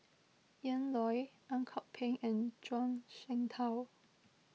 Ian Loy Ang Kok Peng and Zhuang Shengtao